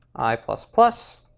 i plus plus.